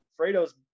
Fredo's